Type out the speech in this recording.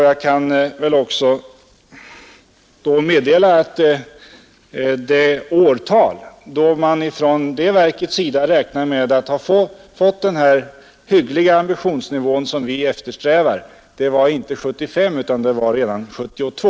Jag kan också meddela att det år när man inom detta verk räknar med att alla tätorter skall ha någon form av avloppsrening inte var 1975 utan utgången av 1972.